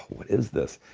what is this?